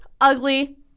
ugly